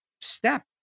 step